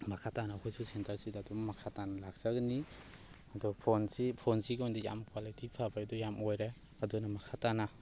ꯃꯈꯥ ꯇꯥꯅ ꯑꯩꯈꯣꯏꯁꯨ ꯁꯦꯟꯇꯔꯁꯤꯗ ꯑꯗꯨꯝ ꯃꯈꯥ ꯇꯥꯅ ꯂꯥꯛꯆꯒꯅꯤ ꯑꯗꯨ ꯐꯣꯟꯁꯤ ꯐꯣꯟꯁꯤꯒꯤ ꯑꯣꯏꯅꯗꯤ ꯌꯥꯝ ꯀ꯭ꯋꯥꯂꯤꯇꯤ ꯐꯕ ꯍꯥꯏꯗꯨ ꯌꯥꯝ ꯑꯣꯏꯔꯦ ꯑꯗꯨꯅ ꯃꯈꯥ ꯇꯥꯅ